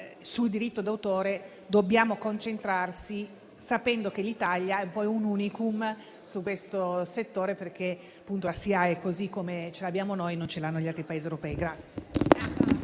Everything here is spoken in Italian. sul diritto d'autore dobbiamo concentrarci sapendo che l'Italia è un *unicum* in questo settore, perché la SIAE come ce l'abbiamo noi non ce l'hanno gli altri Paesi europei.